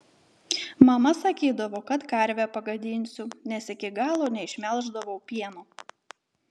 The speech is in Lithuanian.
mama sakydavo kad karvę pagadinsiu nes iki galo neišmelždavau pieno